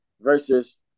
versus